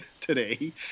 today